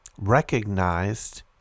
recognized